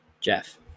Jeff